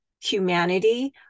humanity